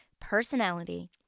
personality